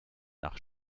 nach